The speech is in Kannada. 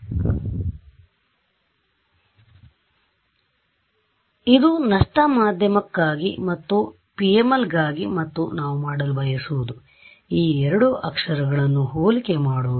ಆದ್ದರಿಂದ ಇದು ನಷ್ಟ ಮಾಧ್ಯಮಕ್ಕಾಗಿ ಮತ್ತು ಇದು PML ಗಾಗಿ ಮತ್ತು ನಾವು ಮಾಡಲು ಬಯಸುವುದು ಈ ಎರಡು ಅಕ್ಷರಗಳನ್ನು ಹೋಲಿಕೆ ಮಾಡುವುದು